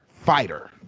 fighter